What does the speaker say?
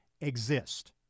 exist